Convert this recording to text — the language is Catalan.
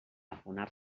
afonar